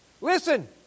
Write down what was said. Listen